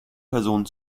person